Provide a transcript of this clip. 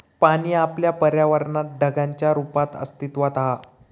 पाणी आपल्या पर्यावरणात ढगांच्या रुपात अस्तित्त्वात हा